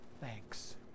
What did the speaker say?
thanks